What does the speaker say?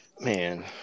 Man